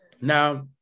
Now